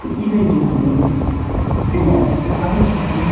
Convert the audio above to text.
تہٕ یہِ گٔے دۄہ کھۄتہٕ دۄہ اِوالوٗ اگر أسۍ وٕچھَو